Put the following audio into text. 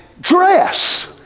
dress